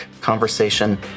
conversation